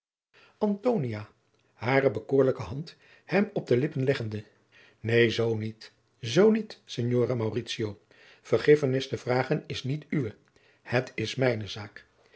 hare bekoorlijke hand hem op de lippen leggende neen zoo niet zoo niet signore mauritio vergiffenis te vragen is niet uwe het is mijne zaak